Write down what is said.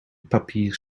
papier